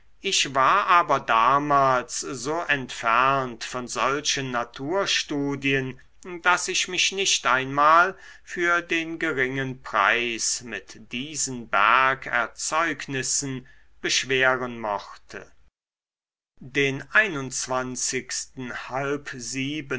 ich war aber damals so entfernt von solchen naturstudien daß ich mich nicht einmal für den geringen preis mit diesen bergerzeugnissen beschweren mochte den halb